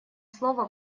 слово